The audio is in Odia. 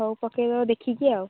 ହଉ ପକାଇବା ଦେଖିକି ଆଉ